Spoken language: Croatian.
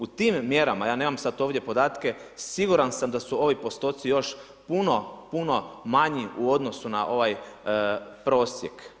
U tim mjerama, ja nemam sad ovdje podatke, siguran sam da su ovi postoci još puno puno manji u odnosu na ovaj prosjek.